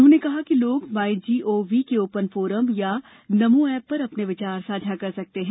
उन्होंने कहा कि लोग माईजीओवी ओपन फोरम या नमो एप पर अपने विचार साझा कर सकते हैं